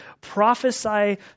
Prophesy